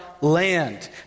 land